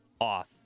off